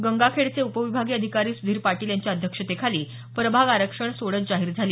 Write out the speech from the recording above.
गंगाखेडचे उपविभागीय अधिकारी सुधीर पाटील यांच्या अध्यक्षतेखाली प्रभाग आरक्षण सोडत जाहीर झाली